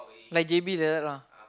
like J_B like that lah